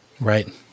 right